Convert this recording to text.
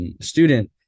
student